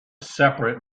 separate